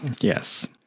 Yes